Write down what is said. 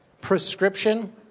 prescription